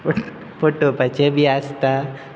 फटोवपाचे बी आसता